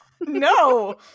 no